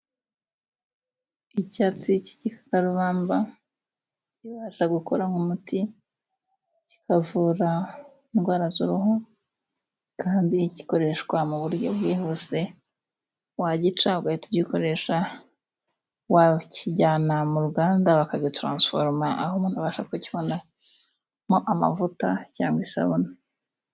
Icyatsi cy'igikarubamba kibasha gukora mu muti kikavura indwara z'uruhu, kandi gikoreshwa mu buryo bwihuse, wagica ugahita ugikoresha, wakijyana mu ruganda bakagitaransiforuma, aho umuntu abasha kukibonamo amavuta cyangwa isabune.